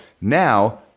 now